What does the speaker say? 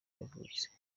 yavutse